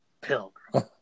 Pilgrim